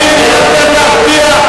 שר הפנים ביקש מהם,